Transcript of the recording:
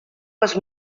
les